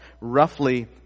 roughly